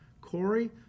Corey